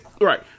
Right